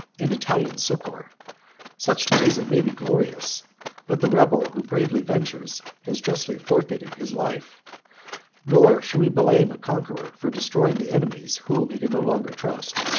and italian succor such treason may be glorious but the rebel who bravely ventures, has justly forfeited his life nor should we blame a conqueror for destroying the enemies whom he can no longer trust.